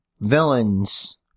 villains